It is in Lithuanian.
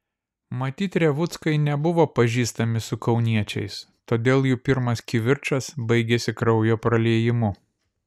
matyt revuckai nebuvo pažįstami su kauniečiais todėl jų pirmas kivirčas baigėsi kraujo praliejimu